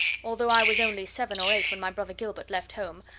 although i was only seven or eight when my brother gilbert left home,